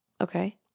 Okay